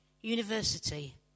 university